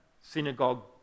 synagogue